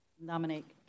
nominate